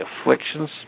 afflictions